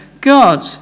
God